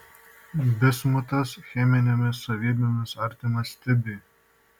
bismutas cheminėmis savybėmis artimas stibiui